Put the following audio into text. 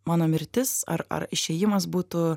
mano mirtis ar ar išėjimas būtų